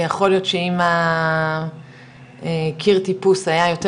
ויכול להיות שאם הקיר טיפוס היה יותר